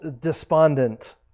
despondent